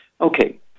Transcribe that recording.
Okay